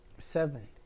Seven